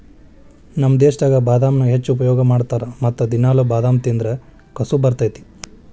ನಮ್ಮ ದೇಶದಾಗ ಬಾದಾಮನ್ನಾ ಹೆಚ್ಚು ಉಪಯೋಗ ಮಾಡತಾರ ಮತ್ತ ದಿನಾಲು ಬಾದಾಮ ತಿಂದ್ರ ಕಸು ಬರ್ತೈತಿ